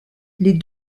les